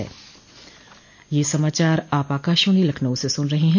ब्रे क यह समाचार आप आकाशवाणी लखनऊ से सुन रहे हैं